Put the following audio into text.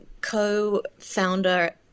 co-founder